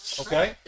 Okay